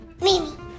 Mimi